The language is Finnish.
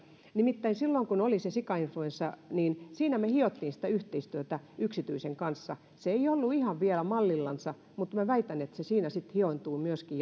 nimittäin silloin kun oli se sikainfluenssa niin siinä me hioimme sitä yhteistyötä yksityisen kanssa se ei ollut ihan vielä mallillansa mutta minä väitän että se siinä sitten hioutuu myöskin